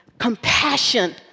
compassion